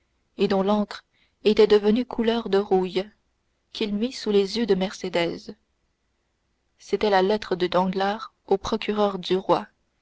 et dont l'encre était devenue couleur de rouille qu'il mit sous les yeux de mercédès c'était la lettre de danglars au procureur du roi